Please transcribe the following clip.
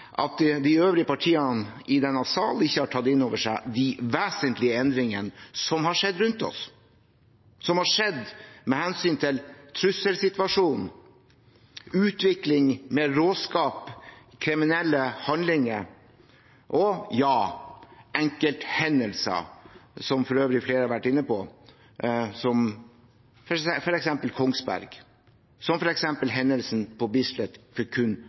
at de øvrige partiene i denne sal ikke har tatt inn over seg de vesentlige endringene som har skjedd rundt oss med hensyn til trusselsituasjonen, utvikling av mer råskap, kriminelle handlinger og enkelthendelser – som for øvrig flere har vært inne på – som f.eks. på Kongsberg og hendelsen på Bislett for kun